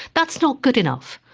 that's not good enough.